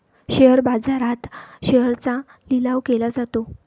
share बाजारात शेअर्सचा लिलाव केला जातो